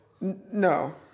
No